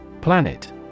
Planet